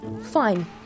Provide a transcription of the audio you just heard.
Fine